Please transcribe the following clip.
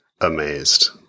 amazed